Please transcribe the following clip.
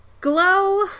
Glow